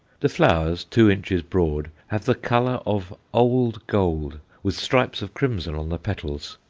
the flowers, two inches broad, have the colour of old gold, with stripes of crimson on the petals,